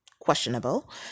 questionable